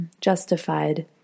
justified